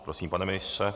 Prosím, pane ministře.